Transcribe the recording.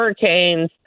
hurricanes